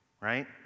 right